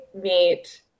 meet